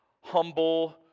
humble